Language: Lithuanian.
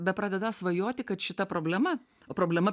bepradedą svajoti kad šita problema problema